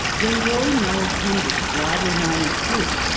when roy noel kennedy, widely known as dootch,